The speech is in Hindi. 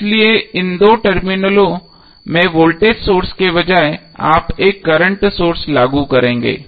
इसलिए इन दो टर्मिनलों में वोल्टेज सोर्स के बजाय आप एक करंट सोर्स लागू करेंगे